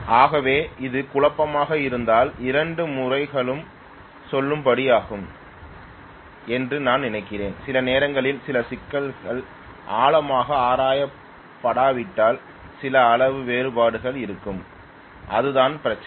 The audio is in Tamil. ஆகவே இது குழப்பமாக இருந்தால் இரண்டு முறைகளும் செல்லுபடியாகும் என்று நான் நினைக்கிறேன் சில நேரங்களில் சில சிக்கல்கள் ஆழமாக ஆராயப்படாவிட்டால் சில அளவு வேறுபாடுகள் இருக்கும் அதுதான் பிரச்சினை